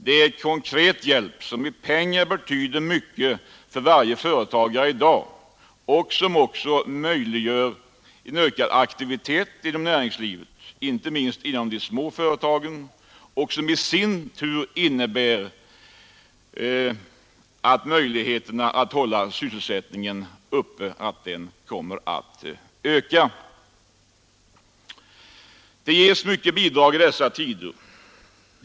Det är konkret hjälp som i pengar betyder mycket för varje företagare i dag och som också möjliggör en ökad aktivitet inom näringslivet, inte minst inom de små företagen, vilket i sin tur innebär att möjligheterna att hålla sysselsättningen uppe kommer att öka. Det ges som sagt mycket bidrag i dessa tider.